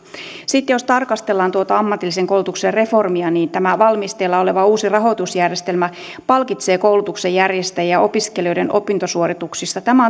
sitten jos tarkastellaan tuota ammatillisen koulutuksen reformia niin tämä valmisteilla oleva uusi rahoitusjärjestelmä palkitsee koulutuksen järjestäjiä opiskelijoiden opintosuorituksista tämä